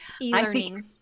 e-learning